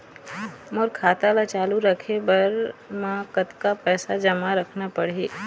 मोर खाता ला चालू रखे बर म कतका पैसा जमा रखना पड़ही?